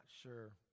sure